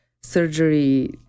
surgery